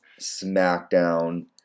SmackDown